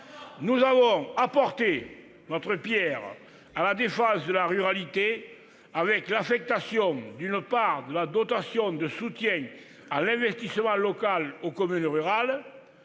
Nous avons apporté notre pierre à la défense de la ruralité, avec l'affectation d'une part de la dotation de soutien à l'investissement local aux communes rurales,